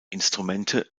instrumente